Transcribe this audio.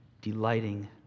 delighting